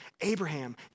Abraham